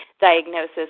diagnosis